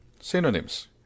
Synonyms